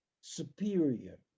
superior